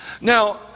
Now